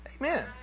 Amen